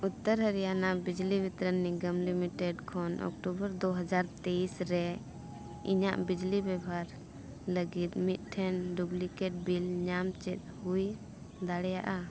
ᱩᱛᱛᱚᱨ Haryana Bijli Vitran Nigam limited ᱠᱷᱚᱱ October ᱫᱩ ᱦᱟᱡᱟᱨ ᱛᱮᱭᱤᱥ ᱨᱮ ᱤᱧᱟᱹᱜ ᱵᱤᱡᱽᱞᱤ ᱵᱮᱵᱚᱦᱟᱨ ᱞᱟᱹᱜᱤᱫ ᱢᱤᱫᱴᱟᱝ ᱧᱟᱢ ᱪᱮᱫ ᱦᱩᱭ ᱫᱟᱲᱮᱭᱟᱜᱼᱟ